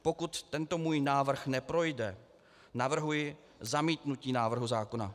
Pokud tento můj návrh neprojde, navrhuji zamítnutí návrhu zákona.